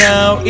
Now